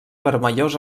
vermellós